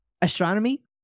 Astronomy